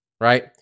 right